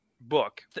book